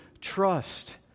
trust